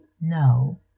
no